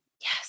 Yes